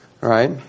right